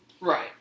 Right